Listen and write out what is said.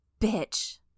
bitch